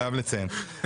חייב לציין.